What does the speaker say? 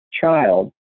child